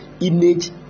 Image